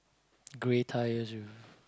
grey tyres with